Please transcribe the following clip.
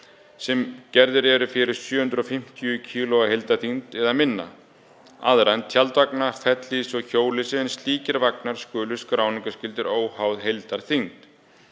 sem gerðir eru fyrir 750 kg heildarþyngd eða minna, aðra en tjaldvagna, fellihýsi og hjólhýsi en slíkir vagnar skuli skráningarskyldir óháð heildarþyngd.